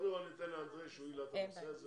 ניתן לאנדרי, שהוא העלה את הנושא הזה